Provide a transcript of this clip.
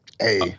hey